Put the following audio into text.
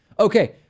Okay